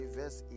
verse